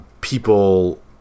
people